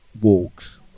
walks